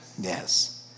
Yes